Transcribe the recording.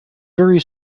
very